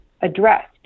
addressed